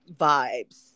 vibes